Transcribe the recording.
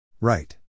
Right